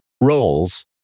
roles